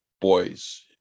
boys